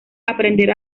aprender